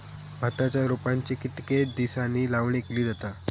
भाताच्या रोपांची कितके दिसांनी लावणी केली जाता?